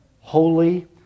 holy